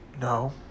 No